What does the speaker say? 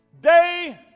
Day